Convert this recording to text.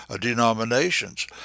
denominations